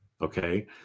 okay